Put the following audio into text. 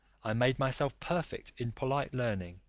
i made myself perfect in polite learning,